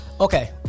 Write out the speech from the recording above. Okay